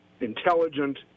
intelligent